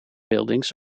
buildings